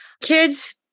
kids